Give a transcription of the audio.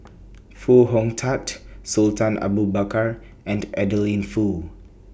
Foo Hong Tatt Sultan Abu Bakar and Adeline Foo